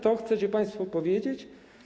To chcecie państwo powiedzieć?